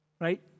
Right